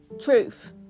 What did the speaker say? Truth